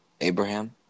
Abraham